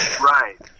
Right